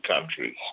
countries